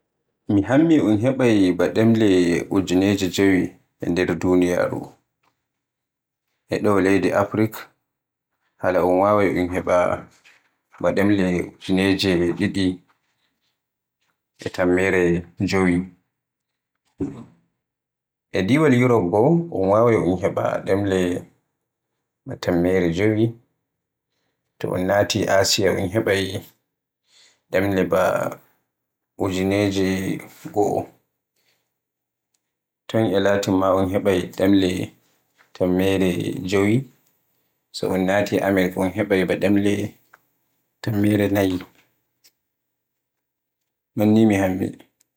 Mi hammi un heɓaay ba ɗemle ba ujineje jewi e nder duniyaaru. E ɗo Afrik hala ɗun heɓaay ba ɗemle ujineje ɗiɗi e temmeɗɗe jewi, e diiwal Yurof bo un waawai un heɓa ɗemle ba temmeɗɗe jewi, so un naati Asiya un heɓaay ɗemle baa ujineje goo, ton e Latin ma un heɓaay ba ɗemle temmeɗɗe jewi, so un naati Amirk un heɓaay ɗemle ba temmeɗɗe nayi. Non ni min hammi.